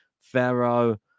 Pharaoh